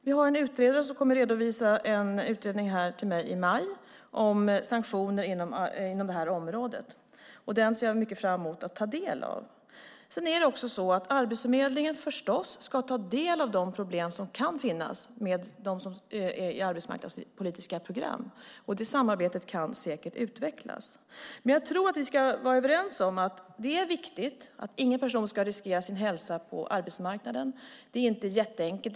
Vi har en utredare som kommer att redovisa en utredning för mig i maj om sanktioner inom det här området. Jag ser mycket fram emot att ta del av den. Sedan ska Arbetsförmedlingen förstås ta del av de problem som kan finnas i arbetsmarknadspolitiska program. Det samarbetet kan säkert utvecklas. Men jag tror att vi ska vara överens om att det är viktigt att ingen person ska riskera sin hälsa på arbetsmarknaden. Det är inte jätteenkelt.